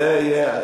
זה יהיה,